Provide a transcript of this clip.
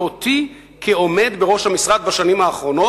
ואותי כעומד בראש המשרד בשנים האחרונות.